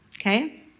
okay